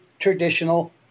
traditional